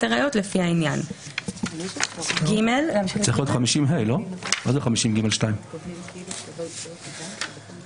הראיות יש לנו הבחנה בין 49 שזה רופא,